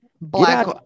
black